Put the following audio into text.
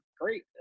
great